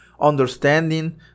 understanding